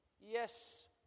yes